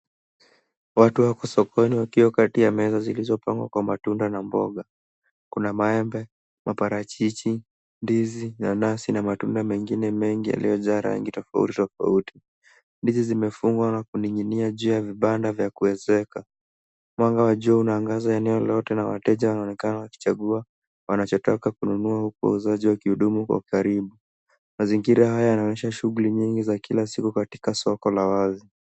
Watu wako sokoni wakiwa kati ya meza zilizopangwa kwa matunda na mboga. Kuna maembe, maparachichi, ndizi, nanasi na matunda mengine mengi yaliyojaa rangi tofauti tofauti. Ndizi zimefungwa na kuninginia juu ya vibanda vya kuezeka. Mwanga wa jua unaangaza eneo lote na wateja wanaonekana wakichagua wanachotaka kununua huku wauzaji wakihudumu kwa karibu. Mazingira haya yanaonyesha shughuli nyingi za kila siku katika soko la wazi.